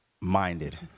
minded